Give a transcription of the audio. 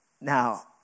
Now